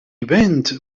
event